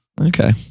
Okay